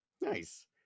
Nice